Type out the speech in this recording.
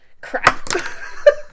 Crap